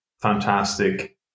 fantastic